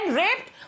raped